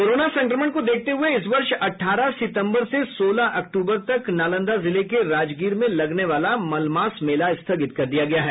corona संक्रमण को देखते हुये इस वर्ष अठारह सितम्बर से सोलह अक्टूबर तक नालंदा जिले के राजगीर में लगने वाला मलमास मेला स्थगित कर दिया गया है